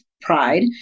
pride